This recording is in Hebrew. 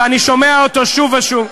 ואני שומע אותו שוב ושוב,